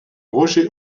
roger